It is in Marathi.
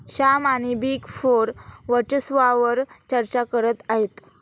श्याम आणि बिग फोर वर्चस्वावार चर्चा करत आहेत